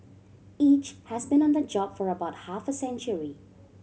each has been on the job for about half a century